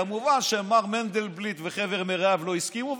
כמובן שמר מנדלבליט וחבר מרעיו לא הסכימו,